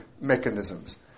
mechanisms